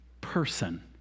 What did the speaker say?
person